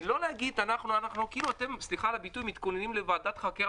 לא להגיד כאילו אתם מתכוננים לוועדת חקירה